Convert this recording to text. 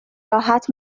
راحت